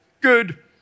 good